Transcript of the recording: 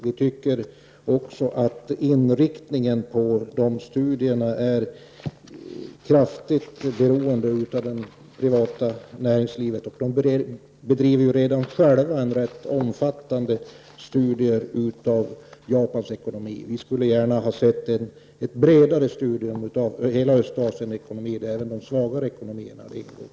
Vi tycker också att inriktningen på studierna är kraftigt beroende av det privata näringslivet, som självt bedriver rätt omfattande studier av Japans ekonomi. Vi skulle gärna ha sett ett bredare studium av hela Östasienekonomin, där även de svagare ekonomierna ingått.